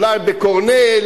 אולי בקורנל,